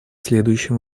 следующим